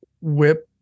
whip